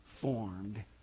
formed